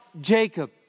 Jacob